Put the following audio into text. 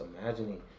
imagining